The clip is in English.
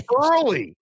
early